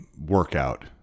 workout